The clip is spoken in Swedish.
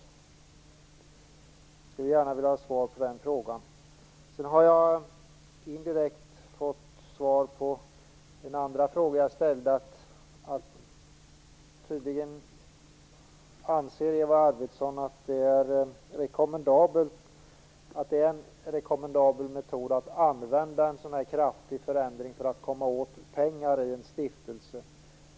Jag skulle gärna vilja ha svar på den frågan. Jag har indirekt fått svar på den andra fråga som jag ställde. Tydligen anser Eva Arvidsson att det är rekommendabelt att ta till en så här kraftig förändring för att komma åt pengar i en stiftelse.